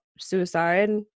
suicide